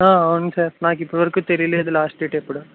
ఆ అవును సార్ నాకు ఇప్పటివరకు తెలియలేదు లాస్ట్ డేట్ ఎప్పుడో